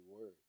word